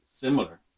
similar